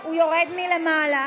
הוא יורד מלמעלה.